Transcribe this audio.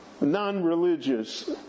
non-religious